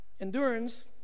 endurance